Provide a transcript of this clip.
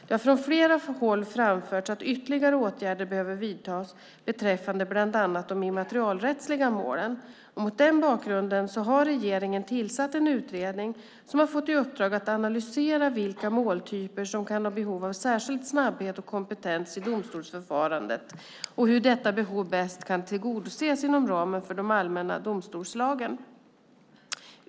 Det har från flera håll framförts att ytterligare åtgärder behöver vidtas beträffande bland annat de immaterialrättsliga målen. Mot denna bakgrund har regeringen tillsatt en utredning som har fått i uppdrag att analysera vilka måltyper som kan ha behov av särskild snabbhet och kompetens i domstolsförfarandet och hur detta behov bäst kan tillgodoses inom ramen för de allmänna domstolsslagen.